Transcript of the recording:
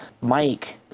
Mike